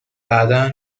بعدا